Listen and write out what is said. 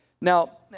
Now